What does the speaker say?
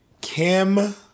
Kim